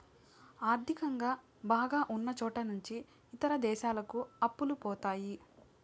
ఆర్థికంగా బాగా ఉన్నచోట నుంచి ఇతర దేశాలకు అప్పులు పోతాయి